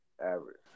average